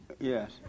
Yes